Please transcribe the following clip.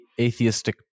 atheistic